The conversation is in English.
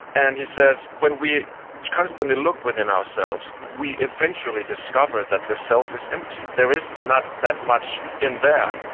and he says, when we constantly look within ourselves, we eventually discover that the self is empty. there is not that much in there,